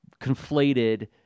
conflated